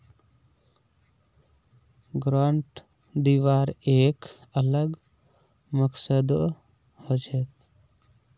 grant दिबार एक अलग मकसदो हछेक